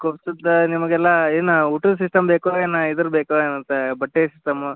ಕುಬ್ಸುದ್ದ ನಿಮಗೆಲ್ಲ ಏನು ಊಟದ ಸಿಸ್ಟಮ್ ಬೇಕೊ ಏನು ಇದ್ರ ಬೇಕೊ ಏನಂತ ಬಟ್ಟೆ ಸಿಸ್ಟಮು